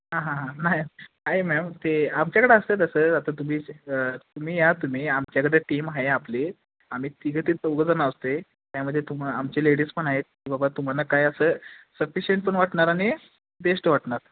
हां हां हां नाही काय आहे मॅम ते आमच्याकडं असतं तसं आता तुम्ही तुम्ही या तुम्ही आमच्याकडं टीम आहे आपली आम्ही तिघं ते चौघ जणं असते त्यामध्ये तुम आमचे लेडीज पण आहेत ते बाबा तुम्हाला काय असं सफिशिंट पण वाटणार आणि बेस्ट वाटणार